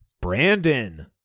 Brandon